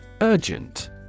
Urgent